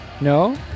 No